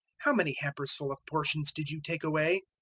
how many hampers full of portions did you take away?